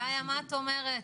גאיה, מה את אומרת?